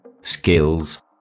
skills